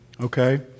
Okay